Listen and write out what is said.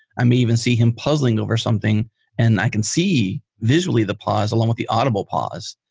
i may even see him puzzling over something and i can see visually the pause along with the audible pause.